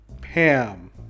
Pam